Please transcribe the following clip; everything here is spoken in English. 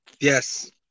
Yes